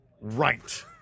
Right